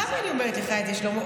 למה אני אומרת לך את זה, שלמה?